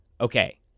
Okay